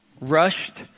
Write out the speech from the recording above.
rushed